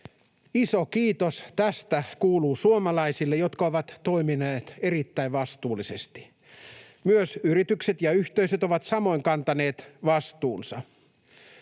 Iso kiitos tästä kuuluu suomalaisille, jotka ovat toimineet erittäin vastuullisesti. Myös yritykset ja yhteisöt ovat samoin kantaneet vastuunsa.